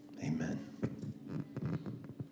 amen